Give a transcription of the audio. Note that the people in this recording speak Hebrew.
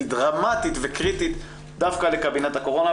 היא דרמטית וקריטית דווקא לקבינט הקורונה,